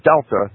delta